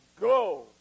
go